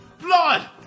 blood